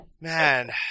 Man